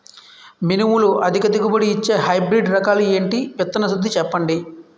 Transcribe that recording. మినుములు అధిక దిగుబడి ఇచ్చే హైబ్రిడ్ రకాలు ఏంటి? విత్తన శుద్ధి చెప్పండి?